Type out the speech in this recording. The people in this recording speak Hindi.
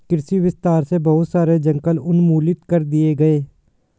कृषि विस्तार से बहुत सारे जंगल उन्मूलित कर दिए गए